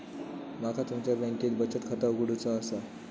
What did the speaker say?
माका तुमच्या बँकेत बचत खाता उघडूचा असा?